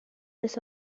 this